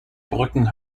brücken